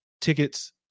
tickets